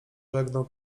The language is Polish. żegnał